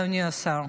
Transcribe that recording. אדוני השר,